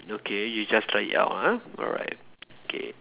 okay you just try it out ah alright okay